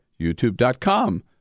youtube.com